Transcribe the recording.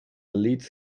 leads